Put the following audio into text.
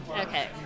Okay